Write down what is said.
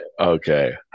Okay